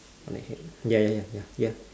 on the head ya ya ya ya